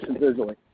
visually